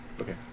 Okay